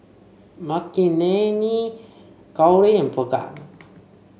Makineni Gauri and Bhagat